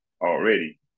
already